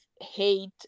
hate